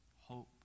hope